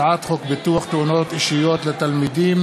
הצעת חוק ביטוח תאונות אישיות לתלמידים